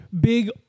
big